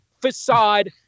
facade